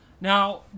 Now